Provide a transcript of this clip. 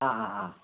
ആ ആ ആ